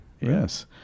Yes